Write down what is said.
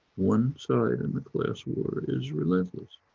one side in the class war is relentless,